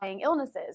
illnesses